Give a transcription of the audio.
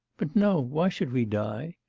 but no, why should we die?